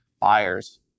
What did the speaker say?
buyers